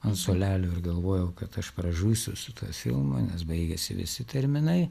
ant suolelio ir galvojau kad aš pražūsiu su tuo filmu nes baigiasi visi terminai